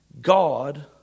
God